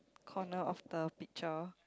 corner of the picture